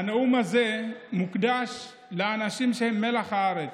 הנאום הזה מוקדש לאנשים שהם מלח הארץ,